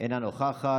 אינה נוכחת.